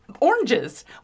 oranges